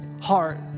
heart